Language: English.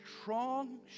Strong